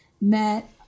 met